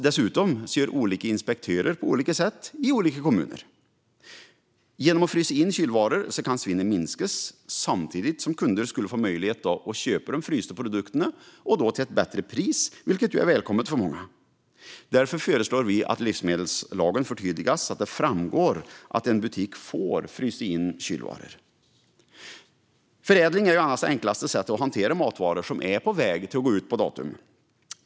Dessutom gör olika inspektörer på olika sätt i olika kommuner. Genom att frysa in kylvaror kan man minska svinnet. Samtidigt får kunder möjlighet att köpa de frysta produkterna till ett bättre pris, vilket är välkommet för många. Därför föreslår vi att livsmedelslagen förtydligas så att det framgår att butiker får frysa in kylvaror. Annars är förädling det enklaste sättet att hantera matvaror som är på väg att passera bästföredatum.